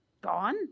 gone